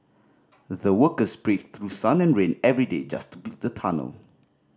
the workers braved through sun and rain every day just to build the tunnel